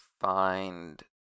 find